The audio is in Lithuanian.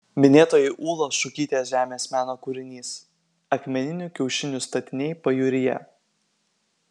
minėtoji ūlos šukytės žemės meno kūrinys akmeninių kiaušinių statiniai pajūryje